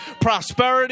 prosperity